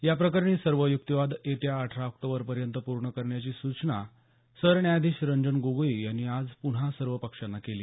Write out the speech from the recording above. या प्रकरणी सर्व युक्तिवाद येत्या अठरा ऑक्टोबरपर्यंत पूर्ण करण्याची सूचना सरन्यायाधीश रंजन गोगोई यांनी आज पुन्हा सर्व पक्षांना केली